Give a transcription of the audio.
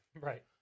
Right